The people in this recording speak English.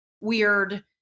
weird